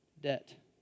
debt